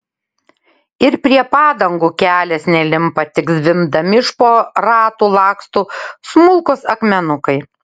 ir prie padangų kelias nelimpa tik zvimbdami iš po ratų laksto smulkūs akmenukai